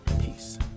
peace